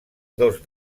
dos